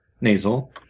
nasal